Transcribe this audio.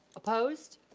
opposed.